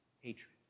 hatred